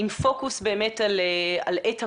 עם פוקוס על עת הקורונה.